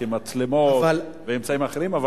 כמצלמות ואמצעים אחרים.